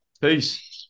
Peace